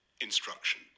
instruction